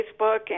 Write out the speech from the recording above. Facebook